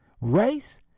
Race